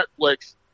Netflix